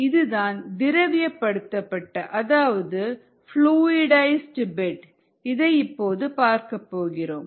இதுதான் திரவப்படுத்தப்பட்ட அதாவது புளுஇடைஸ்டு பெட் இதைப்பற்றி நாம் அடுத்ததாக பார்ப்போம்